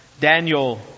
Daniel